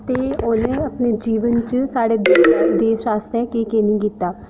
ते उ'नें अपने जीवन च साढ़े देश आस्तै केह् केह् नेईं कीता